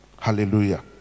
hallelujah